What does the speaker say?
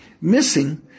missing